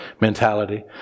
mentality